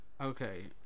Okay